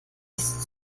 ist